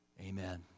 amen